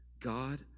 God